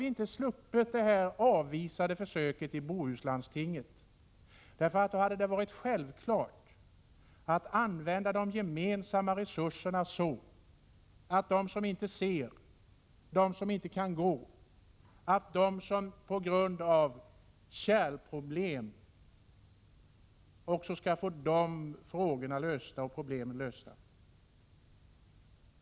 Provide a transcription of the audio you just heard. Om vi hade haft ett sådant system skulle försöket i Bohuslandstinget inte ha behövt avvisas. Då hade det nämligen varit självklart att använda de gemensamma resurserna så, att också de som inte ser, de som inte kan gå och de som har kärlsjukdomar skulle få sina problem lösta.